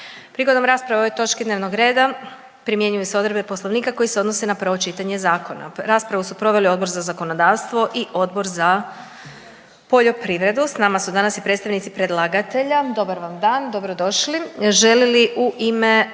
Prigodom rasprave o ovom točki dnevnog reda primjenjuju se odredbe Poslovnika koje se odnose na prvo čitanje zakona. Raspravu su proveli Odbor za zakonodavstvo i Odbor za poljoprivredu. No, prije nego što nastavimo pozdravimo na galeriji učenice